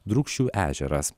drūkšių ežeras